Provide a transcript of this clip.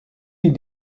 die